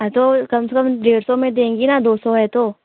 हँ तो कम से कम डेढ़ सो में देंगी न दो सो है तो